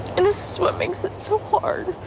and this is what makes it so hard.